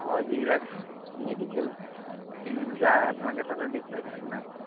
হয় যিবিলাক medical team যায় আপোনালাকে তাতে দেখুৱাইছে নে নাই